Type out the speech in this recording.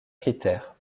critères